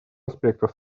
аспектах